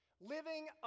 living